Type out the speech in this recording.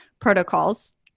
protocols